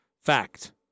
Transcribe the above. fact